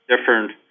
different